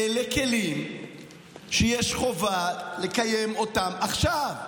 אלה כלים שיש חובה לקיים אותם עכשיו.